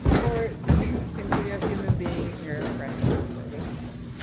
or simply a human being here present for this talk.